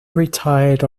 retired